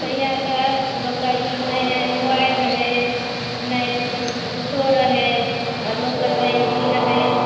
तहिया तऽ लोकके ई नहिये मोबाइल रहय नहि कुछो रहय आओर आ लोकके तऽ ई रहय